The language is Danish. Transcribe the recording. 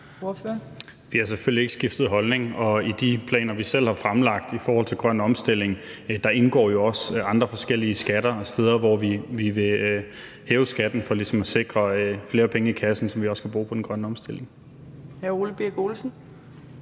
Vi har selvfølgelig ikke skiftet holdning. Og i de planer, vi selv har fremlagt i forhold til grøn omstilling, indgår jo også forskellige andre skatter og steder, hvor vi vil hæve skatten for ligesom at sikre flere penge i kassen, som vi også kan bruge på den grønne omstilling.